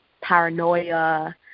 paranoia